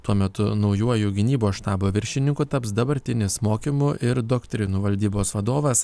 tuo metu naujuoju gynybos štabo viršininku taps dabartinis mokymo ir doktrinų valdybos vadovas